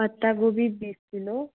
पत्ता गोभी बीस किलो